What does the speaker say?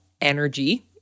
energy